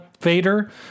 Vader